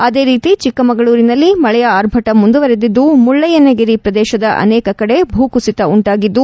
ಅದೇ ರೀತಿ ಚಿಕ್ಕಮಗಳೂರಿನಲ್ಲಿ ಮಳೆಯ ಆರ್ಭಟ ಮುಂದುವರೆದಿದ್ದು ಮುಳಯ್ಲನಗಿರಿ ಪ್ರದೇಶದ ಅನೇಕ ಕಡೆ ಭೂಕುಸಿತ ಉಂಟಾಗಿದ್ದು